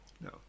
No